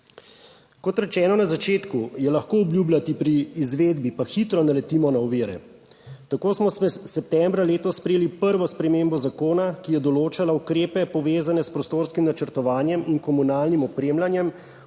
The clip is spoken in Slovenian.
Kot rečeno na začetku, je lahko obljubljati, pri izvedbi pa hitro naletimo na ovire. Tako smo septembra letos sprejeli prvo spremembo zakona, ki je določala ukrepe, povezane s prostorskim načrtovanjem in komunalnim opremljanjem,